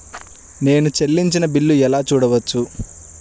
నేను చెల్లించిన బిల్లు ఎలా చూడవచ్చు?